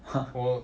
我